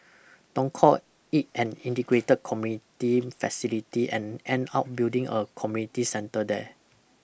don't call it an integrated community facility and end up building a community centre there